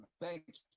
Thanks